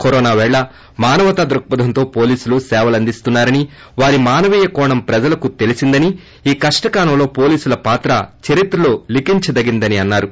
corona పేళ మానవతా దృక్పథంతో పోలీసులు సేవలందిస్తున్నారని వారి మానవీయ కోణం ప్రజలకు తెలీసిందని ఈ కష్షకాలంలో పోలీసుల పాత్ర చరిత్రలో లీఖించదగిందని అన్నారు